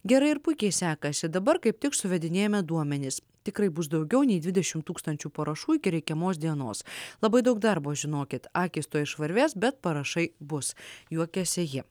gerai ir puikiai sekasi dabar kaip tik suvedinėjame duomenis tikrai bus daugiau nei dvidešim tūkstančių parašų iki reikiamos dienos labai daug darbo žinokit akys tuoj išvarvės bet parašai bus juokiasi ji